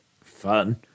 fun